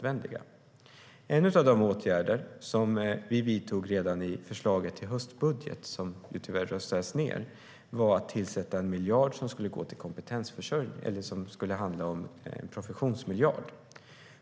En av de åtgärder som vi vidtog redan i förslaget till höstbudget, som tyvärr röstades ned, var att avsätta en så kallad professionsmiljard som skulle gå till kompetensförsörjning.